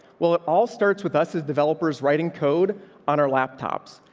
well, it all starts with us. is developers writing code on our laptops?